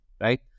right